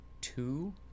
two